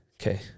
okay